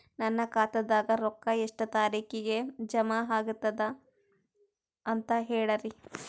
ನನ್ನ ಖಾತಾದಾಗ ರೊಕ್ಕ ಎಷ್ಟ ತಾರೀಖಿಗೆ ಜಮಾ ಆಗತದ ದ ಅಂತ ಹೇಳರಿ?